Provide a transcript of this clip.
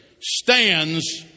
stands